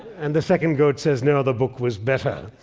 and the second goat says, no, the book was better.